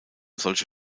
solche